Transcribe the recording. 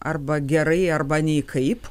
arba gerai arba nei kaip